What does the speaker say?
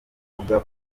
uvuga